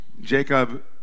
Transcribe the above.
Jacob